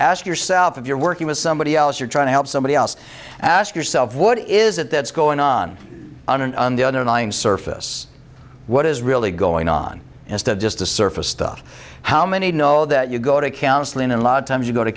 ask yourself if you're working with somebody else you're trying to help somebody else ask yourself what is it that's going on on an on the underlying surface what is really going on instead of just the surface stuff how many know that you go to counseling and lot of times you go to